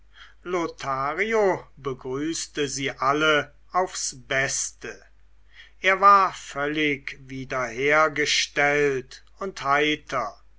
lothario begrüßte sie alle aufs beste er war völlig wiederhergestellt und heiter